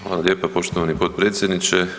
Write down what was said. Hvala lijepa poštovani potpredsjedniče.